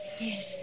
Yes